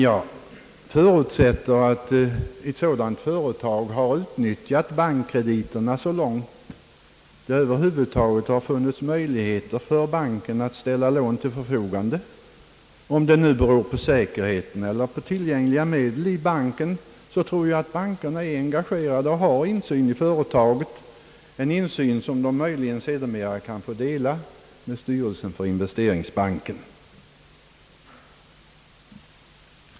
Jag förutsätter dock, att ett sådant företag först har utnyttjat sina vanliga bankkrediter så långt det över huvud taget har funnits möjligheter för banken i fråga att ställa lån till förfogande, vare sig detta nu beror på säkerheten eller på tillgängliga medel i banken. Men då är ju företagets vanliga bank engagerad och har insyn i företaget, en insyn som den möjligen sedermera kan få dela med styrelsen för investeringsbanken.